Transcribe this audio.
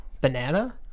Banana